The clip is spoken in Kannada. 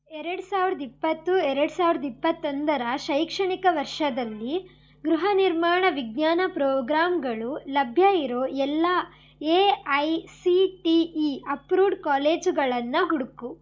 ಎರಡು ಸಾವಿರದ ಇಪ್ಪತ್ತು ಎರಡು ಸಾವಿರದ ಇಪ್ಪತ್ತೊಂದರ ಶೈಕ್ಷಣಿಕ ವರ್ಷದಲ್ಲಿ ಗೃಹ ನಿರ್ಮಾಣ ವಿಜ್ಞಾನ ಪ್ರೋಗ್ರಾಂಗಳು ಲಭ್ಯ ಇರೋ ಎಲ್ಲ A I C T E approved ಕಾಲೇಜುಗಳನ್ನು ಹುಡುಕು